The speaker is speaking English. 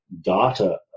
data